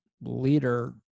leader